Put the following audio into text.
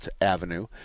Avenue